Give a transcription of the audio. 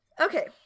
okay